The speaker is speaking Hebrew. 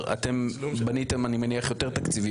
ולכן אני עוברת רגע לדנה זקס,